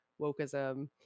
wokeism